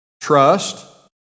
Trust